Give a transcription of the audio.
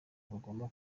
bagomba